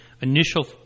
initial